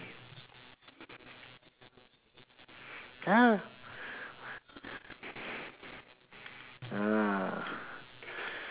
ya uh